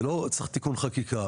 לא צריך תיקון חקיקה.